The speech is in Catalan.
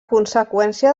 conseqüència